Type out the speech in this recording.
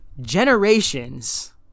generations